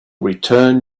return